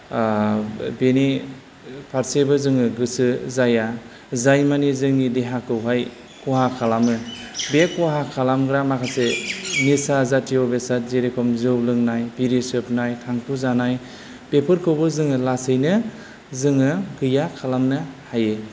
बेनि फारसेबो जोङो गोसो जाया जाय माने जोंनि देहाखौहाय खहा खालामो बे खहा खालामग्रा माखासे निसा जातिय' बेसाद जेरखम जौ लोंनाय बिरि सोबनाय थांखु जानाय बेफोरखौबो जोङो लासैनो जोङो गैया खालामनो हायो